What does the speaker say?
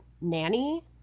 nanny